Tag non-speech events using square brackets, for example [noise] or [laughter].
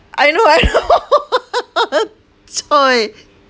I know I know [laughs] choi